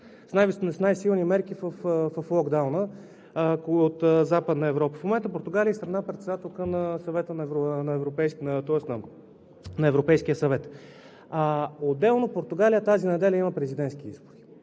с най-силни мерки в локдауна от Западна Европа. Португалия в момента е и страна председателка на Европейския съвет. Отделно в Португалия тази неделя има президентски избори.